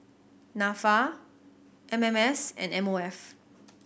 Nafa M M S and M O F